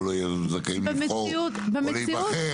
ולא יהיו זכאים לבחור או להיבחר.